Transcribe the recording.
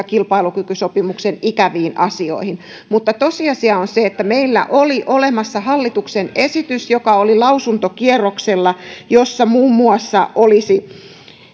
kilpailukykysopimuksen ikäviin asioihin mutta tosiasia on se että meillä oli olemassa hallituksen esitys joka oli lausuntokierroksella ja jossa muun muassa olisi